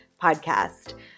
podcast